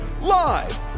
Live